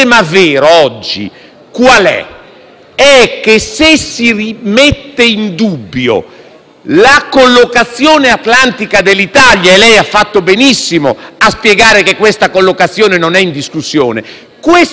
la collocazione atlantica dell'Italia - e lei ha fatto benissimo a spiegare che questa collocazione non è in discussione - questo avviene perché ci sono degli antefatti.